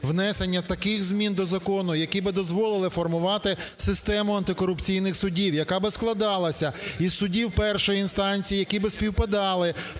внесення таких змін до закону, які би дозволити формувати систему антикорупційних судів, яка би складалася із судів першої інстанції, які би співпадали